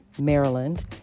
Maryland